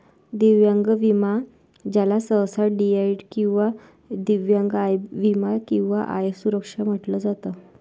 दिव्यांग विमा ज्याला सहसा डी.आय किंवा दिव्यांग आय विमा किंवा आय सुरक्षा म्हटलं जात